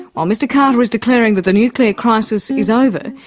while mr carter is declaring that the nuclear crisis is over,